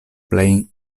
plej